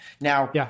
Now